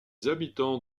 habitants